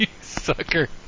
sucker